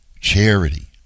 charity